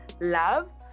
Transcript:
love